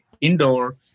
indoor